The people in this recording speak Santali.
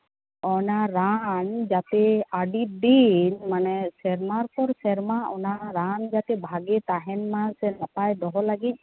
ᱚᱱᱟ ᱨᱟᱱ ᱡᱟᱛᱮ ᱟᱹᱰᱤ ᱫᱤᱱ ᱥᱮᱨᱢᱟ ᱯᱚᱨ ᱥᱮᱨᱢᱟ ᱡᱟᱛᱮ ᱚᱱᱟ ᱨᱟᱱ ᱵᱷᱟᱜᱮ ᱛᱟᱦᱮᱱ ᱢᱟ ᱥᱮ ᱱᱟᱯᱟᱭ ᱫᱚᱦᱚ ᱞᱟᱹᱜᱤᱫ